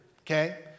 okay